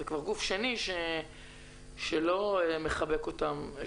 זה כבר גוף שני שלא מחבק אותם...